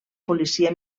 policia